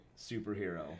superhero